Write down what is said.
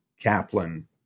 Kaplan